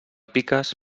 piques